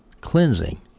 Cleansing